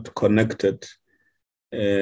connected